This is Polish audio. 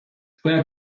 twoja